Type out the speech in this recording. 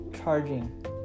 charging